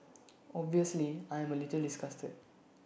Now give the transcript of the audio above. obviously I am A little disgusted